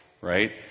right